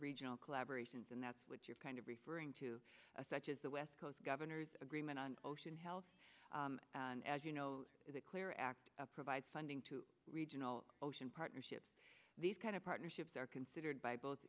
regional collaboration and that's what you're kind of referring to such as the west coast governor's agreement on ocean health and as you know it clear act provides funding to regional ocean partnerships these kind of partnerships are considered by both